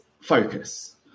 focus